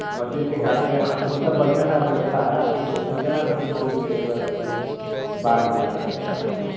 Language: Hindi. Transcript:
मसीन से काटते हैं हाथ से मतलब बढ़िया से आब व्यवस्था है आपको टेंसन ज़रा से भी मालूम नहीं होगा कि बाल हमारा कट रहा है